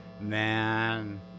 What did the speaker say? man